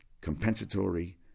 compensatory